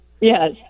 Yes